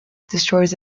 destroys